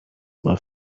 were